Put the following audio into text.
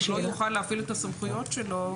שהוא לא יוכל להפעיל את הסמכויות שלו.